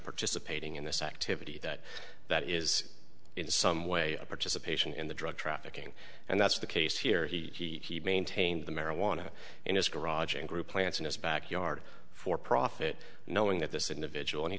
participating in this activity that that is in some way a participation in the drug trafficking and that's the case here he maintained the marijuana in his garage and grew plants in his backyard for profit knowing that this individual and he